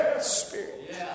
Spirit